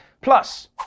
Plus